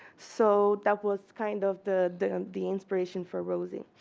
so that was kind of the the inspiration for rosy.